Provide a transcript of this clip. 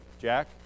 Jack